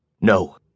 No